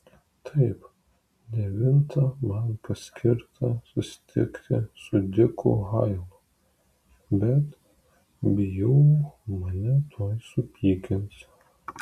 taip devintą man paskirta susitikti su diku hailu bet bijau mane tuoj supykins